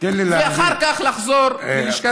ואחר כך יחזרו ללשכת התעסוקה.